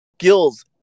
skills